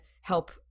help